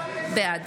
בעד